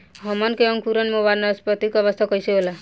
हमन के अंकुरण में वानस्पतिक अवस्था कइसे होला?